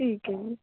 ਠੀਕ ਏ ਜੀ